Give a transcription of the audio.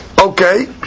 Okay